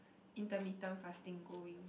intermittent fasting going